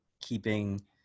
keeping